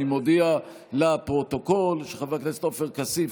אני מודיע לפרוטוקול שחבר הכנסת עופר כסיף